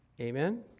Amen